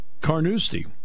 Carnoustie